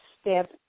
step